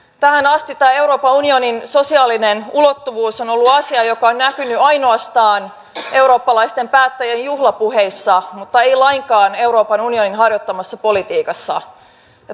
tähän asti tämä euroopan unionin sosiaalinen ulottuvuus on ollut asia joka on näkynyt ainoastaan eurooppalaisten päättäjien juhlapuheissa mutta ei lainkaan euroopan unionin harjoittamassa politiikassa